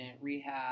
rehab